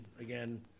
again